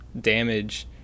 damage